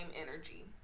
energy